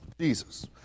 Jesus